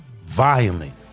violent